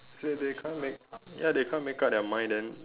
ya they can't make ya they can't make up their mind then